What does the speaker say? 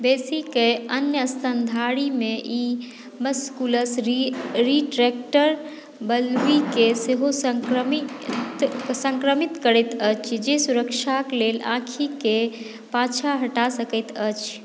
बेसी के अन्य स्तनधारी मे ई मस्कुलर रिट्रैक्टर बल्बीकेँ सेहो संक्रमित करैत अछि जे सुरक्षाक लेल आँखिकेँ पाछाँ हटा सकैत अछि